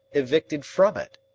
evicted from it!